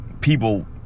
people